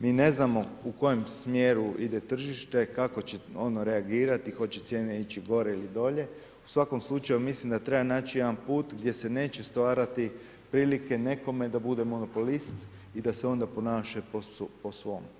Ni ne znamo u kojem smjeru ide tržište, kako će ono reagirati, hoće cijene ići gore ili dolje u svakom slučaju mislim da treba naći jedan put gdje se neće stvarati prilike nekome da bude monopolist i da se onda ponaša po svom.